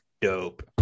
dope